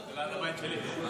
זה ליד הבית שלי.